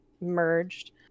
merged